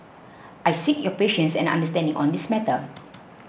I seek your patience and understanding on this matter